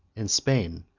and spain,